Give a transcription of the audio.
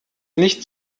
nicht